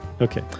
Okay